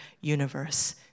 universe